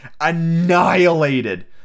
annihilated